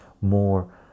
more